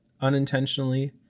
unintentionally